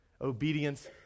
Obedience